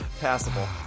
passable